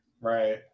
Right